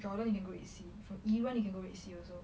jordan you can go red sea from iran you can go red sea also